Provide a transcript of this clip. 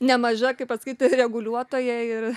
nemaža kaip pasakyti reguliuotoja ir